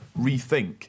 rethink